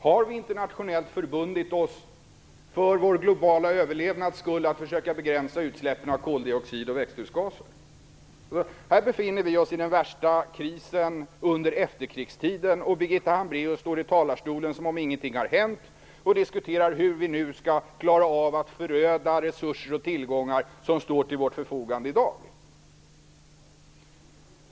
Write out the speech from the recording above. Har vi internationellt förbundit oss för vår globala överlevnads skull att försöka begränsa utsläppen av koldioxid och växthusgaser? Här befinner vi oss i den värsta krisen under efterkrigstiden, och Birgitta Hambraeus talar i talarstolen som om ingenting hade hänt och diskuterar hur vi nu skall klara av att föröda resurser och tillgångar som står till vårt förfogande i dag.